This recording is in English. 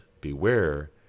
beware